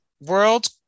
world